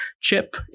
CHIP